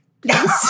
please